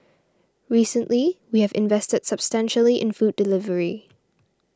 recently we have invested substantially in food delivery